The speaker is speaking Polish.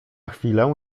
chwilę